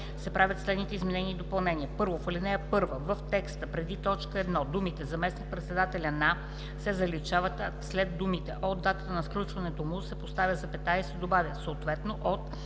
правят следните изменения и допълнения: